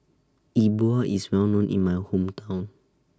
E Bua IS Well known in My Hometown